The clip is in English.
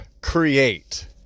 Create